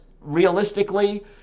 realistically